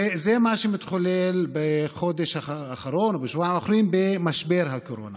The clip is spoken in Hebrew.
וזה מה שמתחולל בחודש האחרון או בשבועיים האחרונים במשבר הקורונה.